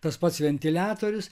tas pats ventiliatorius